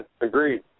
agreed